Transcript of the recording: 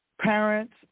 parents